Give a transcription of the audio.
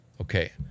okay